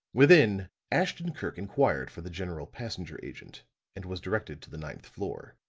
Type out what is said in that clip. within, ashton-kirk inquired for the general passenger agent and was directed to the ninth floor.